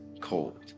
cold